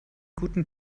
guten